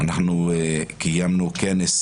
אנחנו קיימנו כנס